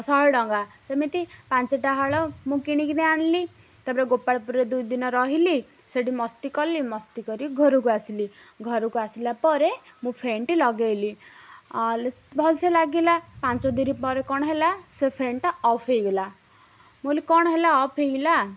ଶହେ ଟଙ୍କା ସେମିତି ପାଞ୍ଚଟା ହଳ ମୁଁ କିଣିକିରି ଆଣିଲି ତା'ପରେ ଗୋପାଳପୁରରେ ଦୁଇ ଦିନ ରହିଲି ସେଇଠି ମସ୍ତି କଲି ମସ୍ତି କରି ଘରକୁ ଆସିଲି ଘରକୁ ଆସିଲା ପରେ ମୁଁ ଫ୍ୟାନ୍ଟି ଲଗେଇଲି ଭଲସେ ଲାଗିଲା ପାଞ୍ଚ ଦିନ ପରେ କ'ଣ ହେଲା ସେ ଫ୍ୟାନ୍ଟା ଅଫ୍ ହୋଇଗଲା ମୁଁ ବୋଲି କ'ଣ ହେଲା ଅଫ୍ ହୋଇଗଲା